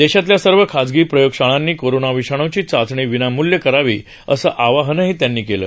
देशातल्या सर्व खाजगी प्रयोगशाळांनी कोरोनाविषाणूची चाचणी विनामूल्य करावी असं आवाहनही त्यांनी यावेळी केलं